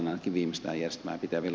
arvoisa herra puhemies